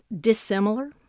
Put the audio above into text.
dissimilar